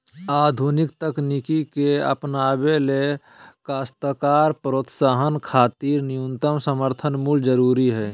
आधुनिक तकनीक के अपनावे ले काश्तकार प्रोत्साहन खातिर न्यूनतम समर्थन मूल्य जरूरी हई